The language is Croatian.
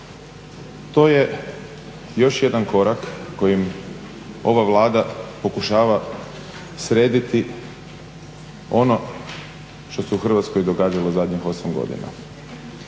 To je još jedan korak kojim ova Vlada pokušava srediti ono što se u Hrvatskoj događalo zadnjih 8 godina.